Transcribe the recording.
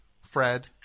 Fred